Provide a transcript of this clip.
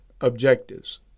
objectives